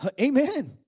Amen